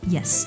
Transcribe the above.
Yes